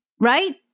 right